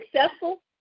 successful